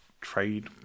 trade